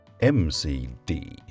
MCD